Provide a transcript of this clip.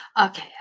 okay